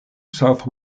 south